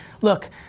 look